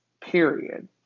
period